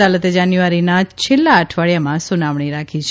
અદાલતે જાન્યુઆરીના છેલ્લા અઠવાડિયામાં સુનાવણી રાખી છે